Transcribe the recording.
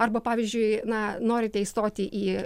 arba pavyzdžiui na norite įstoti į